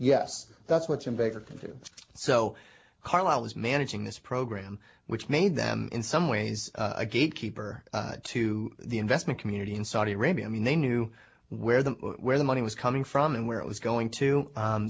yes that's what's in baker so carlyle is managing this program which made them in some ways a gatekeeper to the investment community in saudi arabia i mean they knew where the where the money was coming from and where it was going to